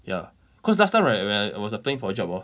ya cause last time right when I was I was applying for a job hor